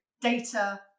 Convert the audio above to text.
data